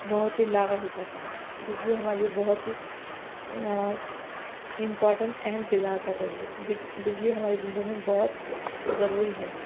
بہت ہی لاغر ہو جاتا ہے بجلی ہمارے لئے بہت ہی امپارٹنٹ اہم کردار ادا کرتی ہے بجلی ہمارے زندگی میں بہت ضروری ہے